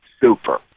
super